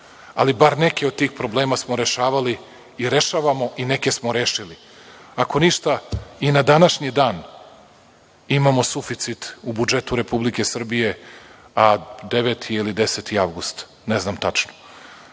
ali bar neke od tih problema smo rešavali jer rešavamo i neke smo rešili. Ako ništa, i na današnji dan imamo suficit u budžetu Republike Srbije, a deveti je, ili 10. avgust, ne znam tačno. Kažite